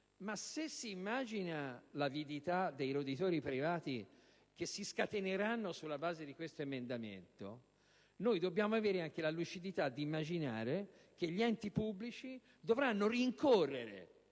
Se pensiamo all'avidità dei «roditori privati» che si scateneranno sulla base di quest'emendamento, dobbiamo avere la lucidità di immaginare che gli enti pubblici dovranno rincorrere